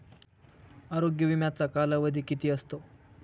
आरोग्य विम्याचा कालावधी किती असतो?